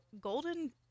Golden